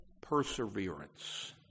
perseverance